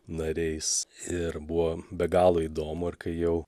nariais ir buvo be galo įdomu ir kai jau